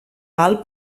val